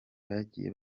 bagiye